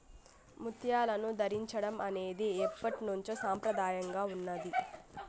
ముత్యాలను ధరించడం అనేది ఎప్పట్నుంచో సంప్రదాయంగా ఉన్నాది